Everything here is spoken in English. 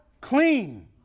clean